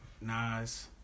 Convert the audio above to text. Nas